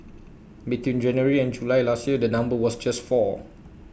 between January and July last year the number was just four